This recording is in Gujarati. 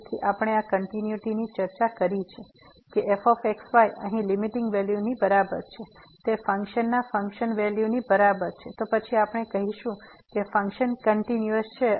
તેથી આપણે આ કંટીન્યુઈટીની ચર્ચા કરી છે કે fx y અહીં લીમીટીંગ વેલ્યુની બરાબર છે તે ફંક્શનના ફંકશન વેલ્યુની બરાબર છે તો પછી આપણે કહીશું કે ફંક્શન કંટીન્યુઅસ છે